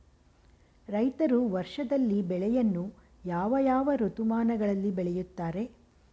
ರೈತರು ವರ್ಷದಲ್ಲಿ ಬೆಳೆಯನ್ನು ಯಾವ ಯಾವ ಋತುಮಾನಗಳಲ್ಲಿ ಬೆಳೆಯುತ್ತಾರೆ?